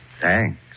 Thanks